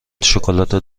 شکلات